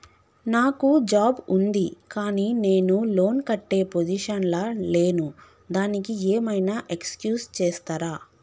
నాకు జాబ్ ఉంది కానీ నేను లోన్ కట్టే పొజిషన్ లా లేను దానికి ఏం ఐనా ఎక్స్క్యూజ్ చేస్తరా?